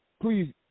Please